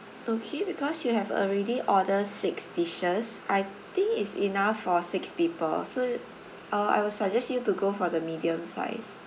okay because you have already order six dishes I think is enough for six people so uh I would suggest you to go for the medium size